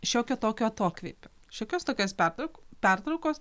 šiokio tokio atokvėpio šiokios tokios pertrauk pertraukos